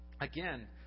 again